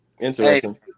interesting